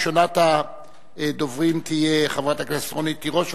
ראשונת הדוברים תהיה חברת הכנסת רונית תירוש,